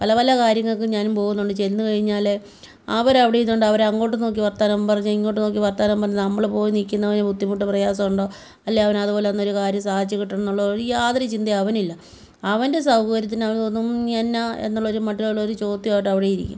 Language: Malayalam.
പല പല കാര്യങ്ങൾക്ക് ഞാനും പോകുന്നുണ്ട് ചെന്നു കഴിഞ്ഞാൽ അവർ അവിടെ ഇരുന്നുകൊണ്ട് അവർ അങ്ങോട്ടും നോക്കി വർത്തമാനം പറഞ്ഞ് ഇങ്ങോട്ടു നോക്കി വർത്തമാനം പറഞ്ഞ് നമ്മൾ പോയി നിൽക്കുന്നവന് ബുദ്ധിമുട്ട് പ്രയാസം ഉണ്ടോ അല്ലേ അവൻ അതുപോലൊന്നൊരു കാര്യം സാധിച്ച് കിട്ടണമെന്നുള്ള ഒരു യാതൊരു ചിന്തയും അവനില്ല അവൻ്റെ സൗകര്യത്തിന് അതും ഒന്നും എന്താ എന്നുള്ളൊരു മട്ടിലുള്ളൊരു ചോദ്യമായിട്ട് അവിടെ ഇരിക്കും